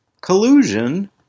collusion